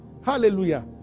Hallelujah